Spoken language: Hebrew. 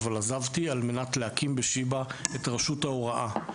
אבל עזבתי כדי להקים ב"שיבא" את רשות ההוראה.